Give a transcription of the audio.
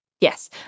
Yes